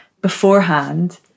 beforehand